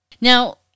Now